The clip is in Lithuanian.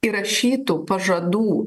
įrašytų pažadų